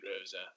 Rosa